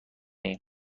ایم